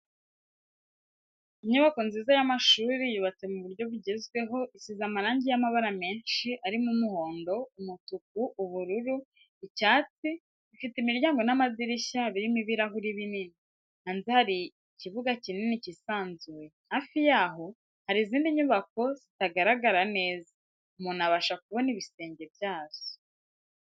Inyubako nziza y'amashuri yubatse mu buryo bugezweho isize amarangi y'amabara menshi arimo umuhondo, umutuku, ubururu, icyatsi, ifite imiryango n'amadirishya birimo ibirahuri binini, hanze hari ikibuga kinini kisanzuye, hafi yaho hari izindi nyubako zitagaragara neza, umuntu abasha kubona ibisenge byazo.